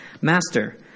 Master